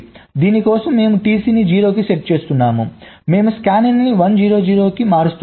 దీని కోసం మేము TC ని 0 కి సెట్ చేస్తున్నాము మేము స్కానిన్ 1 0 0 కి మారుతున్నాము